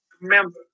Remember